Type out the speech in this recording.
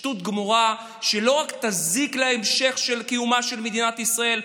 שטות גמורה שלא רק תזיק להמשך קיומה של מדינת ישראל,